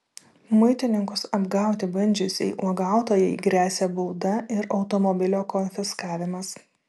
muitininkus apgauti bandžiusiai uogautojai gresia bauda ir automobilio konfiskavimas